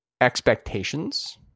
expectations